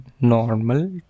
normal